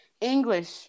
English